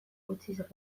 utziz